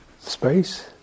space